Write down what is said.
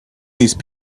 these